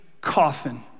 coffin